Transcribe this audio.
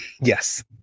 Yes